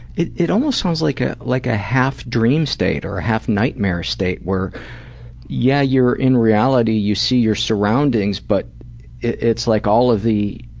it it almost sounds like ah like a half-dream state or a half-nightmare state where yeah, you're in reality you see your surroundings but it's like all of the